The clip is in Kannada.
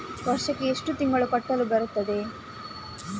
ವರ್ಷಕ್ಕೆ ಎಷ್ಟು ತಿಂಗಳು ಕಟ್ಟಲು ಬರುತ್ತದೆ?